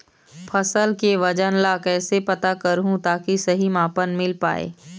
फसल के वजन ला कैसे पता करहूं ताकि सही मापन मील पाए?